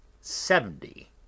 seventy